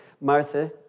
Martha